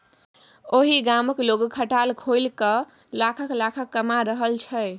ओहि गामक लोग खटाल खोलिकए लाखक लाखक कमा रहल छै